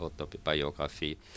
autobiography